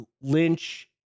Lynch